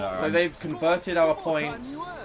so they've converted our points.